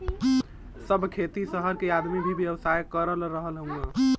सब खेती सहर के आदमी भी व्यवसाय कर रहल हउवन